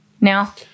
now